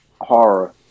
horror